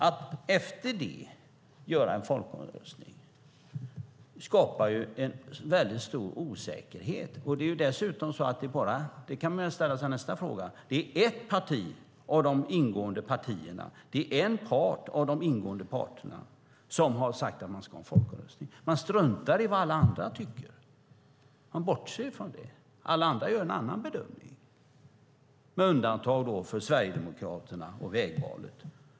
Att därefter ha en folkomröstning skapar stor osäkerhet. Dessutom är det bara ett av de ingående partierna, bara en av de ingående parterna, som sagt att det ska hållas en folkomröstning. Man struntar i vad alla andra tycker. Man bortser från det. Alla andra gör en annan bedömning. Undantaget är alltså Sverigedemokraterna och Vägvalet.